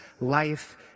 life